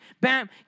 Bam